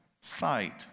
sight